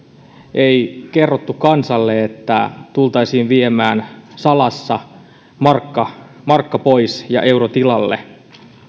ei kerrottu kansalle että tultaisiin viemään salassa markka markka pois ja euro tilalle